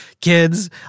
kids